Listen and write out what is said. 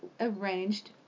arranged